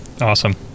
awesome